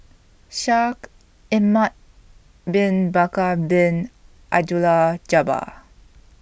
Shaikh Ahmad Bin Bakar Bin Abdullah Jabbar